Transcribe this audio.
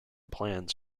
plans